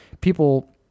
people